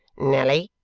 nelly!